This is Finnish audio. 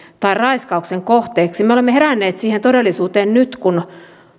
tai raiskauksen kohteeksi me olemme heränneet siihen todellisuuteen nyt kun